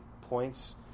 points